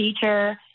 teacher